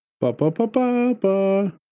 Ba-ba-ba-ba-ba